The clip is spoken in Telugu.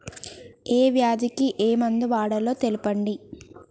ఏ వ్యాధి కి ఏ మందు వాడాలో తెల్పండి?